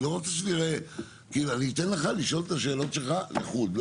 אתן לך לשאול את השאלות שלך לחוד.